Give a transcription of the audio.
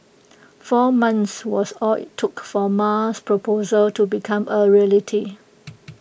four months was all IT took for Ma's proposal to become A reality